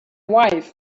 wife